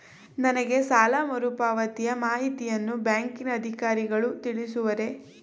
ನನಗೆ ಸಾಲ ಮರುಪಾವತಿಯ ಮಾಹಿತಿಯನ್ನು ಬ್ಯಾಂಕಿನ ಅಧಿಕಾರಿಗಳು ತಿಳಿಸುವರೇ?